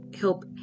help